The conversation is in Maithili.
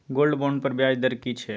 गोल्ड बोंड पर ब्याज दर की छै?